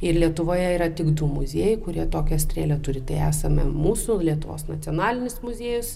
ir lietuvoje yra tik du muziejai kurie tokią strėlę turi tai esame mūsų lietuvos nacionalinis muziejus